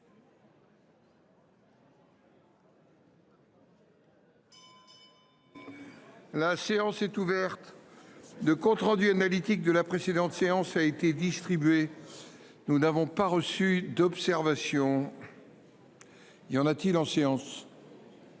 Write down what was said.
La séance est ouverte. De compte-rendu analytique de la précédente séance a été distribué. Nous n'avons pas reçu d'observation. Il y en a-t-il en séance.